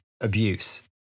abuse